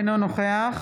אינו נוכח